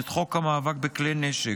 את חוק המאבק בכלי נשק,